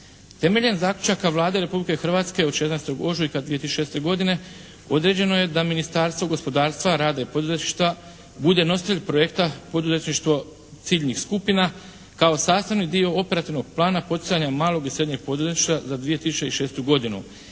Temeljem zaključaka Vlade Republike Hrvatske od 16. ožujka 2006. godine određeno je da Ministarstvo gospodarstva, rada i poduzetništva bude nositelj projekta poduzetništvo ciljnih skupina kao sastavni dio operativnog plana poticanja malog i srednjeg poduzetništva za 2006. godinu,